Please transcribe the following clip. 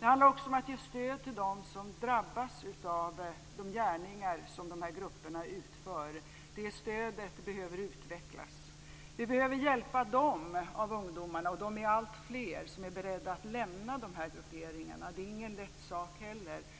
Det handlar också om att ge stöd till dem som drabbas av de gärningar som de här grupperna utför. Det stödet behöver utvecklas. Vi behöver hjälpa dem av ungdomarna, och de är alltfler, som är beredda att lämna de här grupperingarna. Det är ingen lätt sak heller.